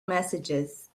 messages